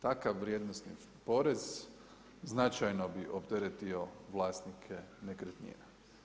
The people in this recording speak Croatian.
Takav vrijednost, porez, značajno bi opteretio vlasnike nekretnine.